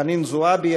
חנין זועבי,